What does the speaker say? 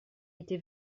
était